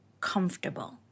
comfortable